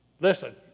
Listen